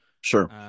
Sure